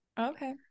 Okay